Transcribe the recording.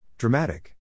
Dramatic